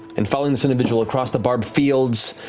in following this individual across the barbed fields,